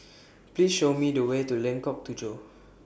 Please Show Me The Way to Lengkok Tujoh